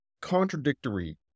contradictory